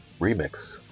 remix